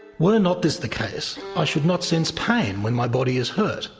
were not this the case, i should not sense pain when my body is hurt,